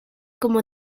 como